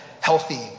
healthy